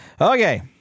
Okay